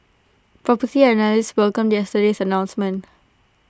Property Analysts welcomed yesterday's announcement